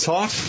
Talk